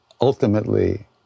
ultimately